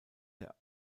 der